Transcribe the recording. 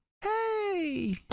hey